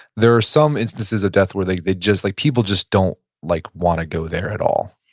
there are some instances of death where they they just like, people just don't like want to go there at all